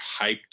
hyped